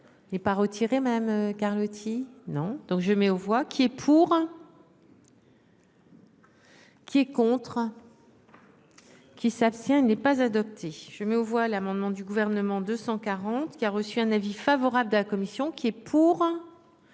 N'est pas retirée même Carlotti non donc je mets aux voix qui est pour. Qui est contre. Qui s'abstient. Il n'est pas adopté, je mets aux voix l'amendement du gouvernement 240 qui a reçu un avis favorable de la commission qui est pour.